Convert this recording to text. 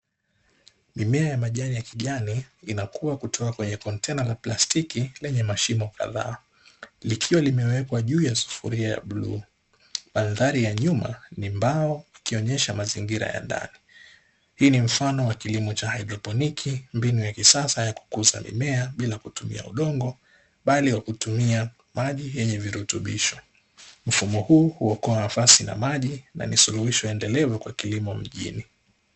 Mimea ya majani ya kijani inakua kutoka kwenye kontena la plastiki lenye mashimo kadhaa, likiwa limewekwa juu ya sufuria la bluu. Mandhari ya nyuma ni mbao ikionyesha mazingira ya ndani. Hii ni mfano wa kilimo cha haidroponiki, mbinu ya kisasa ya kukuza mimea bila ya kutumia udongo, bali kwa kutumia maji yenye virutubisho. Mfumo huu huokoa nafasi na maji kwa na ni suluhusho la kilimo endelevu mjini.